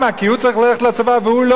כי הוא צריך ללכת לצבא והוא לא,